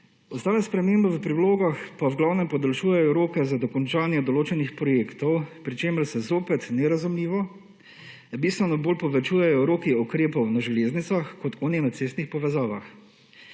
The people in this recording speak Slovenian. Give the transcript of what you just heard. Ostale spremembe v prilogah pa v glavnem podaljšujejo roke za dokončanje določenih projektov, pri čemer se zopet nerazumljivo bistveno bolj povečujejo roki ukrepov na železnicah kot tiste na cestnih povezavah.